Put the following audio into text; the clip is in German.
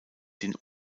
den